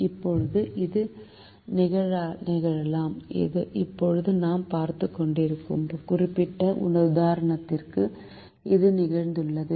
இப்போது இது நிகழலாம் இப்போது நாம் பார்த்துக்கொண்டிருக்கும் குறிப்பிட்ட உதாரணத்திற்கு இது நிகழ்ந்துள்ளது